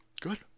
Good